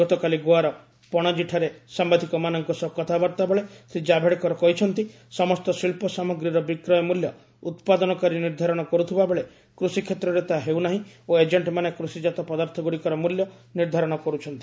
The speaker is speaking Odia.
ଗତକାଲି ଗୋଆର ପଶଜିଠାରେ ସାମ୍ବାଦିକମାନଙ୍କ ସହ କଥାବର୍ତ୍ତାବେଳେ ଶ୍ରୀକାଭେଡକର କହିଛନ୍ତି ସମସ୍ତ ଶିଳ୍ପ ସାମଗ୍ରୀର ବିକ୍ରୟ ମୂଲ୍ୟ ଉତ୍ପାଦନକାରୀ ନିର୍ଦ୍ଧାରଣ କରୁଥିବାବେଳେ କୃଷିକ୍ଷେତ୍ରରେ ତାହା ହେଉନାହିଁ ଓ ଏଜେଷ୍ଟମାନେ କୃଷିକାତ ପଦାର୍ଥଗୁଡ଼ିକର ମୂଲ୍ୟ ନିର୍ଦ୍ଧାରଣ କରୁଛନ୍ତି